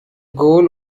goal